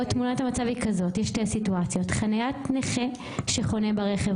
תמונת המצב כוללת שתי סיטואציות: חניית נכה שחונה בה רכב